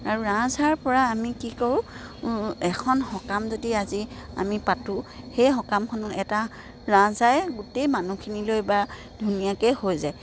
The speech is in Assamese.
আৰু ৰাজহাঁহৰ পৰা আমি কি কৰোঁ এখন সকাম যদি আজি আমি পাতোঁ সেই সকামখন এটা ৰাজহাঁহে গোটেই মানুহখিনিলৈ বা ধুনীয়াকে হৈ যায়